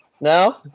No